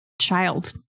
child